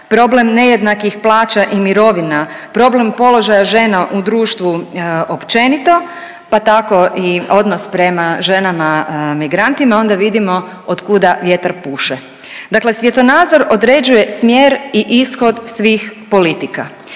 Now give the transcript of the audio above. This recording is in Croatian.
problem nejednakih plaća i mirovina, problem položaja žena u društvu općenito pa tako i odnos prema ženama migrantima onda vidimo od kuda vjetar puše. Dakle, svjetonazor određuje smjer i ishod svih politika